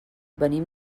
venim